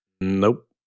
Nope